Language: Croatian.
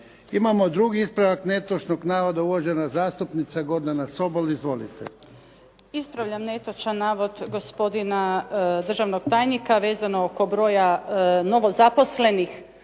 Imamo drugi ispravak netočnog navoda uvažena zastupnica Gordana Sobol. Izvolite. **Sobol, Gordana (SDP)** Ispravljam netočan navod gospodina državnog tajnika vezano oko broja novozaposlenih